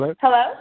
Hello